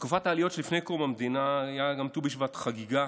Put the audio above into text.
בתקופת העליות שלפני קום המדינה ט"ו בשבט גם היה חגיגה